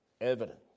evident